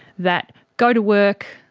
that go to work,